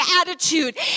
attitude